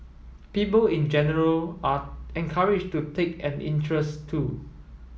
people in general are encouraged to take an interest too